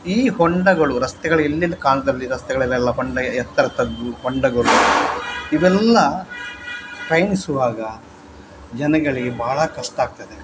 ಈ ಹೊಂಡಗಳು ರಸ್ತೆಗಳು ಇಲ್ಲಿನ ಕಾಲದಲ್ಲಿ ರಸ್ತೆಗಳಲ್ಲೆಲ್ಲ ಹೊಂಡ ಎತ್ತರ ತಗ್ಗು ಹೊಂಡಗಳು ಇವೆಲ್ಲ ಪ್ರಯಾಣಿಸುವಾಗ ಜನಗಳಿಗೆ ಬಹಳ ಕಷ್ಟ ಆಗ್ತದೆ